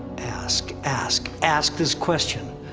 ask, ask, ask this question.